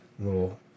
little